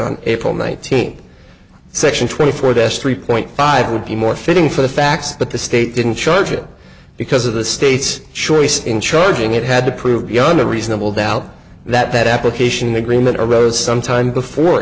on april nineteenth section twenty four best three point five would be more fitting for the facts but the state didn't charge it because of the state's choice in charging it had to prove beyond a reasonable doubt that that application agreement arose sometime before